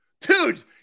Dude